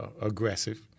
aggressive